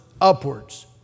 upwards